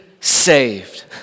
saved